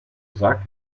sack